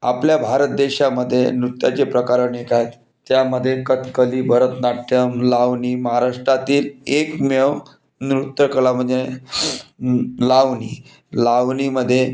आपल्या भारत देशामध्ये नृत्याचे प्रकार अनेक आहेत त्यामध्ये कथकली भरतनाट्यम लावणी महाराष्ट्रातील एकमेव नृत्यकला म्हणजे लावणी लावणीमध्ये